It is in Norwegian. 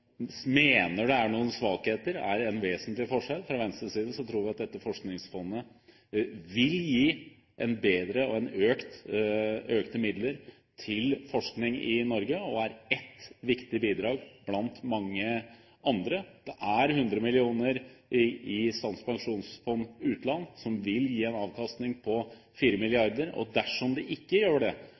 mener det er noen svakheter, er en vesentlig forskjell. Fra Venstres side tror vi at dette Forskningsfondet vil gi bedre og økte midler til forskning i Norge, og er et viktig bidrag blant mange andre. Det er 100 mrd. kr i Statens pensjonsfond utland som vil gi en avkastning på 4 mrd. kr. Dersom det ikke gjør det,